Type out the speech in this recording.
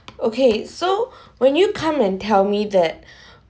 okay so when you come and tell me that